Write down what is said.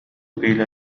إلى